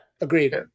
Agreed